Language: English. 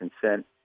consent